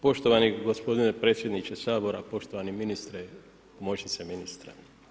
Poštovani gospodine predsjedniče Sabora, poštovani ministre, pomoćnice ministra.